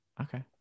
okay